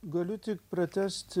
galiu tik pratęsti